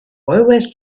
always